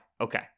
Okay